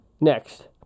Next